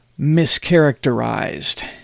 mischaracterized